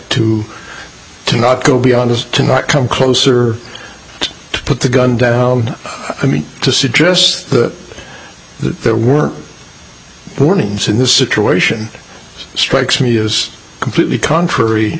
to not go beyond this to not come closer to put the gun down i mean to suggest that there were warnings in the situation strikes me is completely contrary